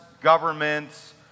governments